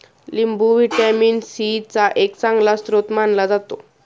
लिंबू vitamin C चा एक चांगला स्रोत मानला जातो